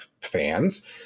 fans